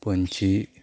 ᱯᱟᱹᱧᱪᱤ